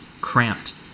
cramped